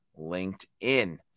LinkedIn